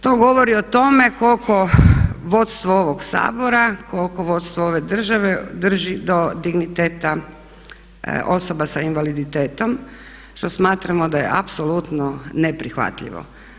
To govori o tome koliko vodstvo ovog Sabora, koliko vodstvo ove države drži do digniteta osoba sa invaliditetom što smatramo da je apsolutno neprihvatljivo.